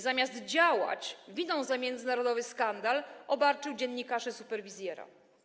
Zamiast działać, winą za międzynarodowy skandal obarczył dziennikarzy „Superwizjera”